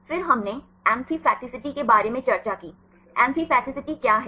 फिर हमने एम्फीपैथीसिटी के बारे में चर्चा की एम्फीपैथीसिटी क्या है